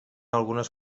algunes